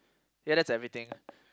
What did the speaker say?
ya that's everything